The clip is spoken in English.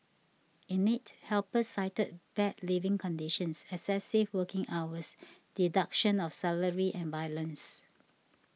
in it helpers cited bad living conditions excessive working hours deduction of salary and violence